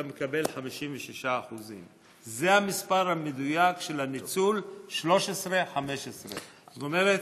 אתה מקבל 56%. זה המספר המדויק של הניצול ב-2013 2015. זאת אומרת,